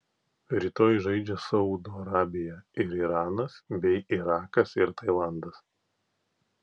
rytoj žaidžia saudo arabija ir iranas bei irakas ir tailandas